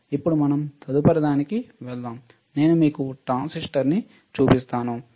ఇప్పుడు మనం తదుపరి దానికి వెళ్దాం నేను మీకు ట్రాన్సిస్టర్ని చూపిస్తాను